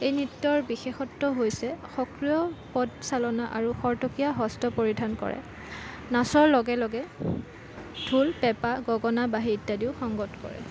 এই নৃত্য়ৰ বিশেষত্ৱ হৈছে সক্ৰিয় পদচালনা আৰু খৰতকীয়া সস্ত্ৰ পৰিধান কৰে নাচৰ লগে লগে ঢোল পেঁপা গগণা বাঁহী ইত্য়াদিও সংগত কৰে